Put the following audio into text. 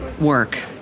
work